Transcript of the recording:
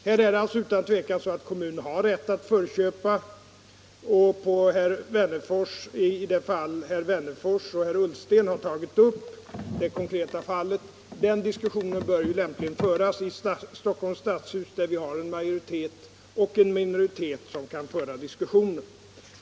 Här är det alltså utan vidare så att kommunen har rätt att förköpa, och debatten i de konkreta fall som herr Wennerfors och herr Ullsten har tagit upp bör lämpligen föras i Stockholms stadshus, där det finns en majoritet och en minoritet som kan föra den diskussionen.